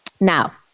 Now